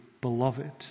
beloved